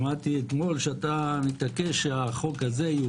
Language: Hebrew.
אתמול שאתה מתעקש שהחוק הזה,